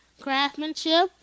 craftsmanship